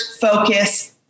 focus